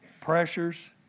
pressures